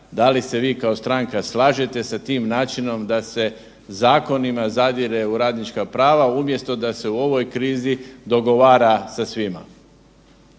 da li se vi kao stranka slažete sa tim načinom da se zakonom zadire u radnička prava, umjesto da se u ovoj krizi dogovara sa svima.